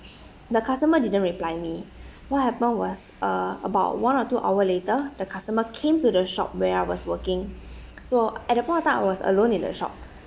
the customer didn't reply me what happened was uh about one or two hour later the customer came to the shop where I was working so at the point of time I was alone in the shop